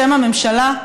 בשם הממשלה: